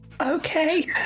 Okay